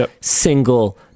single